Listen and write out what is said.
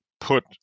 put